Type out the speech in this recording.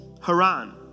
Haran